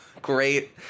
Great